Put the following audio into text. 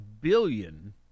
billion